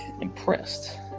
impressed